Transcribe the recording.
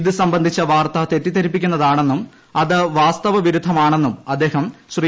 ഇത് സംബന്ധിച്ച വാർത്ത തെറ്റിദ്ധരിപ്പിക്കുന്നതാണെന്നും അത് വാസ്തവ വിരുദ്ധമാണെന്നും അദ്ദേഹം ശ്രീ